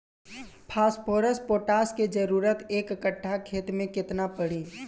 Phosphorus potash के जरूरत एक कट्ठा खेत मे केतना पड़ी?